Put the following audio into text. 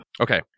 Okay